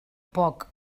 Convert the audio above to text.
poc